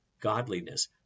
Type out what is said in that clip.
godliness